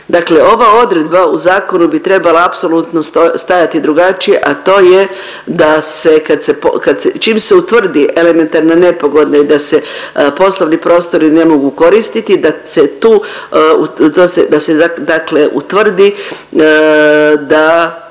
Dakle, ova odredba u zakonu bi trebala apsolutno stajati drugačije, a to je da se kad se, čim se utvrdi elementarna nepogoda i da se poslovni prostori ne mogu koristiti da se tu, da se dakle utvrdi da